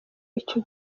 icyo